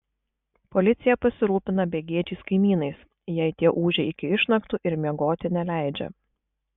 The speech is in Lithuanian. policija pasirūpina begėdžiais kaimynais jei tie ūžia iki išnaktų ir miegoti neleidžia